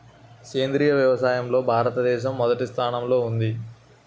సేంద్రీయ వ్యవసాయంలో భారతదేశం మొదటి స్థానంలో ఉంది